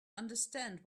understand